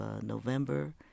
November